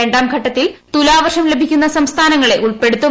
ര ാംഘട്ടത്തിൽ തുലാവർഷം ലഭിക്കുന്ന സംസ്ഥാനങ്ങളെ ഉൾപ്പെടുത്തും